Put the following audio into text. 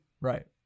Right